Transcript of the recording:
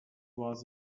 was